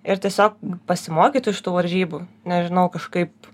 ir tiesiog pasimokyt iš tų varžybų nežinau kažkaip